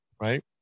Right